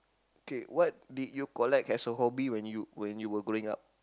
okay what did you collect as a hobby when you were growing up